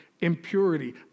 impurity